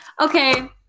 okay